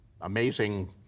amazing